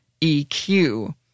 EQ